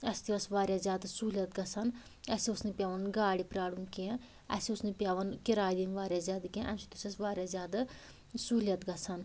اسہِ تہِ ٲسۍ وارِیاہ زیادٕ سہولیت گَژھان اسہِ اوس نہٕ پیٚوان گاڑِ پرٛارُن کیٚنٛہہ اسہِ ٲس نہٕ پیٚوان کِراے دِنۍ وارِیاہ زیادٕ کیٚنٛہہ اَمہِ سۭتۍ ٲس اسہِ وارِیاہ زیادٕ سہولیت گَژھان